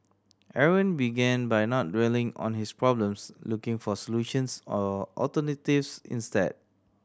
Aaron began by not dwelling on his problems looking for solutions or alternatives instead